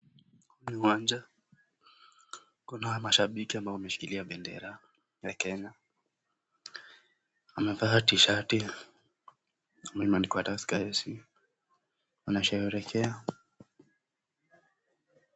Uwanja kuna mashabiki ambao wameshikilia bendera ya Kenya wamevaa tishati ambayo imeandikwa Tusker FC . Wanasherehekea.